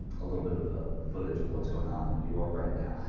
a little bit of of footage of what's going on in new york right now